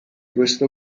questo